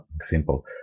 simple